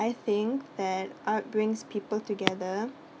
I think that art brings people together